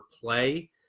play